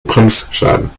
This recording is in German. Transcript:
bremsscheiben